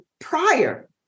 prior